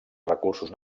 recursos